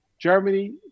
Germany